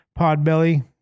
Podbelly